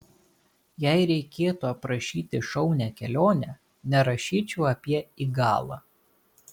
jei reikėtų aprašyti šaunią kelionę nerašyčiau apie igalą